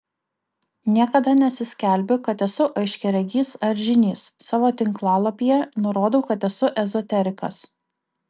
niekada nesiskelbiu kad esu aiškiaregis ar žynys savo tinklalapyje nurodau kad esu ezoterikas